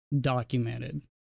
documented